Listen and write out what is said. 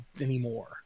anymore